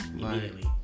immediately